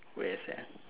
where sia